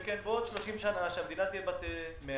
שכן, בעוד 30 שנה, כשהמדינה תהיה בת 100,